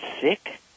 sick